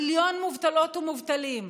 מיליון מובטלות ומובטלים.